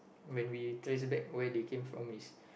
when we trace back where they came from is